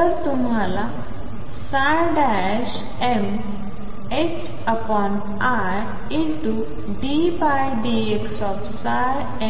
तर तुम्हालाmiddx